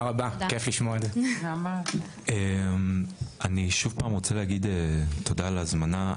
אני שוב רוצה להגיד תודה על ההזמנה,